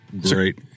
great